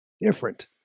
different